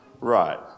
Right